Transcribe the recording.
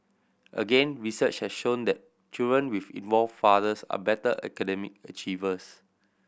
again research has shown that children with involved fathers are better academic achievers